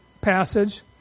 passage